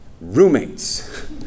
roommates